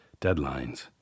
deadlines